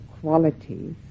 qualities